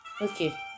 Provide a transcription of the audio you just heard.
okay